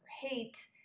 hate